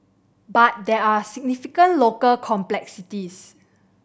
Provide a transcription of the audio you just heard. but there are significant local complexities